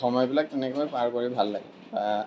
সময়বিলাক তেনেকৈ পাৰ কৰি ভাল লাগে